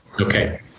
okay